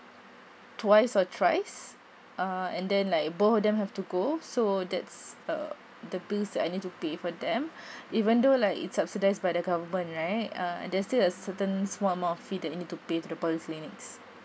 twice or thrice uh and then like both of them have to go so that's uh the bills that I need to pay for them even though like it's subsidised by the government right err there's still a certain small amount of fee that I need to pay to the polyclinics